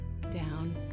down